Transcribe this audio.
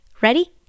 ready